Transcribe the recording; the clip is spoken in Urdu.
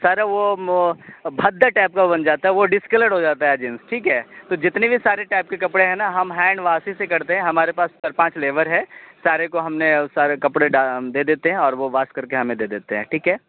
سارا وہ بھدا ٹائپ کا بن جاتا ہے وہ ڈسکلر ہو جاتا ہے جینس ٹھیک ہے تو جتنے بھی سارے ٹائپ کے کپڑے ہیں نا ہم ہینڈ واس ہی سے کرتے ہیں ہمارے پاس سر پانچ لیور ہے سارے کو ہم نے سارے کپڑے دے دیتے ہیں اور وہ واس کر کے ہمیں دے دیتے ہیں ٹھیک ہے